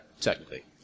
technically